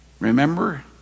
Remember